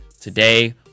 today